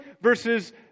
versus